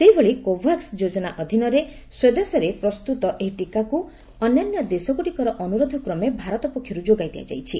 ସେହିଭଳି କୋଭାକୁ ଯୋଜନା ଅଧୀନରେ ସ୍ୱଦେଶରେ ପ୍ରସ୍ତୁତ ଏହି ଟିକାକୁ ଅନ୍ୟାନ୍ୟ ଦେଶଗୁଡ଼ିକର ଅନୁରୋଧ କ୍ରମେ ଭାରତ ପକ୍ଷରୁ ଯୋଗାଇ ଦିଆଯାଇଛି